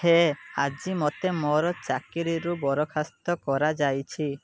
ହେ ଆଜି ମୋତେ ମୋର ଚାକିରୀରୁ ବରଖାସ୍ତ କରାଯାଇଛି